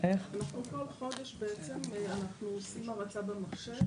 אנחנו כל חודש בעצם אנחנו עושים הרצה במחשב